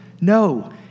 No